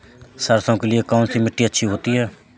सरसो के लिए कौन सी मिट्टी अच्छी होती है?